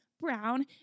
brown